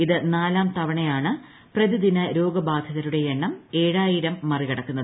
ഇത് നാലാം തവണയാണ് പ്രതിദിന രോഗബാധിതരുടെ എണ്ണം ഏഴായിരം മറി കടക്കുന്നത്